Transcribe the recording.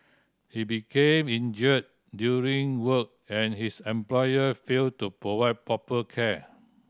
he became injured during work and his employer failed to provide proper care